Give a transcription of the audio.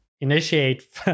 Initiate